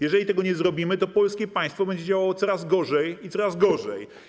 Jeżeli tego nie zrobimy, to państwo polskie będzie działało coraz gorzej i coraz gorzej.